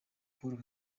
paul